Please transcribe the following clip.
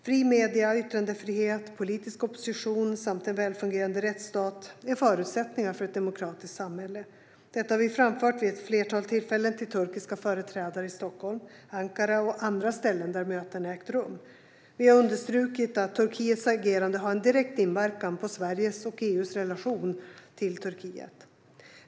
Fria medier, yttrandefrihet, politisk opposition samt en välfungerande rättsstat är förutsättningar för ett demokratiskt samhälle. Detta har vi framfört vid ett flertal tillfällen till turkiska företrädare i Stockholm och Ankara och på andra ställen där möten ägt rum. Vi har understrukit att Turkiets agerande har en direkt inverkan på Sveriges och EU:s relation till Turkiet.